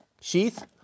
sheath